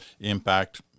impact